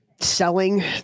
selling